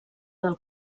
del